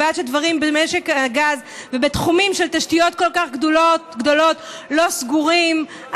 ועד שהדברים במשק הגז ובתחומים של תשתיות כל כך גדולות לא סגורים,